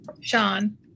Sean